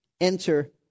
enter